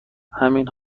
همین